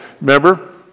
Remember